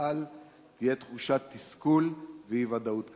בצה"ל תהיה תחושת תסכול ואי-ודאות כלכלית.